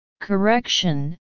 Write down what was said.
Correction